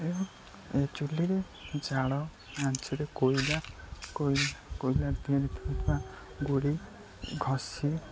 ଏବଂ ଏ ଚୁଲିରେ ଜାଳ ଆଞ୍ଚରେ କୋଇଲା କୋଇଲାରେ ଥିବା ଗୁଡ଼ି ଘଷି